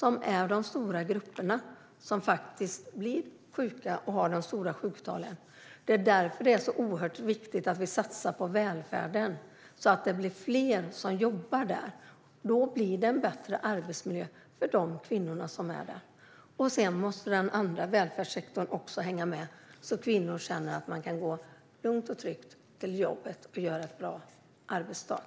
Det är där folk faktiskt blir sjuka och de stora sjuktalen finns. Det är därför som det är så oerhört viktigt att satsa på välfärden så att det blir fler som jobbar där. Då blir det en bättre arbetsmiljö för dessa kvinnor. Sedan måste också den andra välfärdssektorn hänga med så att kvinnor känner att de kan gå lugnt och tryggt till jobbet och ha en bra arbetsdag.